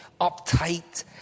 uptight